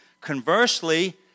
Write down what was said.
Conversely